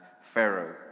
Pharaoh